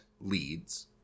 leads